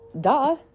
duh